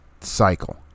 cycle